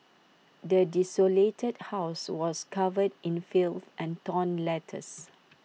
the desolated house was covered in filth and torn letters